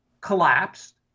collapsed